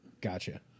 Gotcha